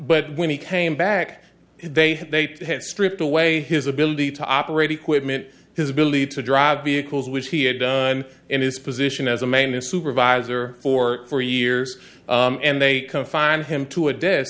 but when he came back they said they had stripped away his ability to operate equipment his ability to drive vehicles which he had done in his position as a man a supervisor for four years and they can find him to a de